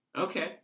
Okay